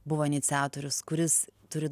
buvo iniciatorius kuris turi